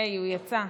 היי, הוא יצא,